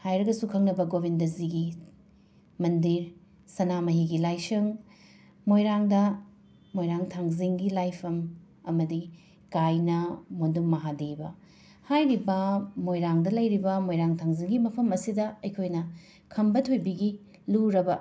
ꯍꯥꯏꯔꯒꯁꯨ ꯈꯪꯅꯕ ꯒꯣꯕꯤꯟꯗꯖꯤꯒꯤ ꯃꯟꯗꯤꯔ ꯁꯅꯥꯃꯍꯤꯒꯤ ꯂꯥꯏꯁꯪ ꯃꯣꯏꯔꯥꯡꯗ ꯃꯣꯏꯔꯥꯡ ꯊꯥꯡꯖꯤꯡꯒꯤ ꯂꯥꯏꯐꯝ ꯑꯃꯗꯤ ꯀꯥꯏꯅꯥ ꯃꯣꯟꯗꯨꯝ ꯃꯍꯥꯗꯦꯕ ꯍꯥꯏꯔꯤꯕ ꯃꯣꯏꯔꯥꯡꯗ ꯂꯩꯔꯤꯕ ꯃꯣꯏꯔꯥꯡ ꯊꯥꯡꯖꯤꯡꯒꯤ ꯃꯐꯝ ꯑꯁꯤꯗ ꯑꯩꯈꯣꯏꯅ ꯈꯝꯕ ꯊꯣꯏꯕꯤꯒꯤ ꯂꯨꯔꯕ